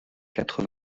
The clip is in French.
quatre